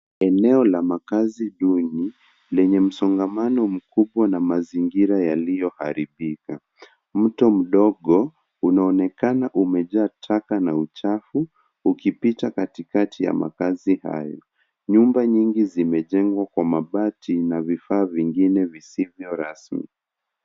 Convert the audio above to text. Eneo la makaazi duni lenye msongamano mkubwa na mazingira yaliyoharibika. Mto mdogo unaonekana umejaa taka na uchafu ukipita katikati ya makaazi hayo. Nyumba nyingi zimejengwa kwa mabati na vifaa vingine visivyo rasmi.